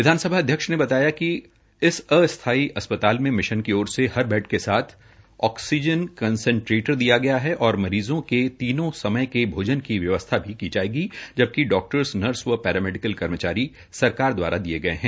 विधानसभा अध्यक्ष ने बताया कि इस अस्थायी अस्प्ताल में मिशन की ओर से हर बैड के साथ ऑक्सीजन कंसंट्रेटर दिया गया है और मरीज़ों के तीनों समय के भोजन की व्यवस्था भी की जायेगी जबकि डॉक्टर्स नर्से व पेरामेडिकल कर्मचारी सरकारी द्वारा दिये गये है